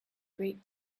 great